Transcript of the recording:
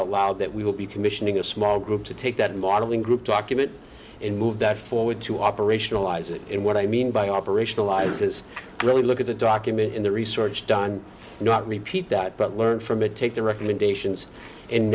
out loud that we will be commissioning a small group to take that modeling group document and move that forward to operationalize it and what i mean by operationalize is really look at the document in the research done not repeat that but learn from it take the recommendations and